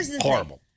Horrible